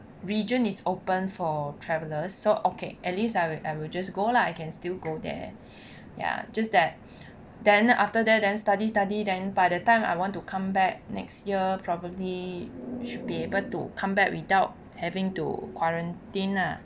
region is open for travellers so okay at least I will I will just go lah I can still go there ya just that then after that then study study then by the time I want to come back next year probably should be able to come back without having to quarantine lah